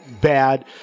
bad